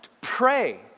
Pray